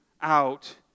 out